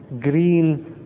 green